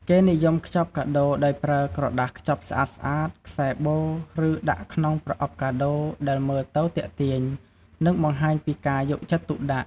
គេនិយមខ្ចប់កាដូរដោយប្រើ ក្រដាសខ្ចប់ស្អាតៗ ខ្សែបូ ឬដាក់ក្នុង ប្រអប់កាដូរ ដែលមើលទៅទាក់ទាញ និងបង្ហាញពីការយកចិត្តទុកដាក់។